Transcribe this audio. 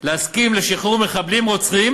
להסכים לשחרור מחבלים רוצחים,